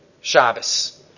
Shabbos